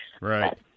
right